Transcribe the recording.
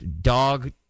dog